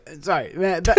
Sorry